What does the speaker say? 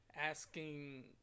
asking